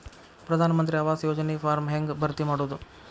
ಪ್ರಧಾನ ಮಂತ್ರಿ ಆವಾಸ್ ಯೋಜನಿ ಫಾರ್ಮ್ ಹೆಂಗ್ ಭರ್ತಿ ಮಾಡೋದು?